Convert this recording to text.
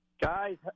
Guys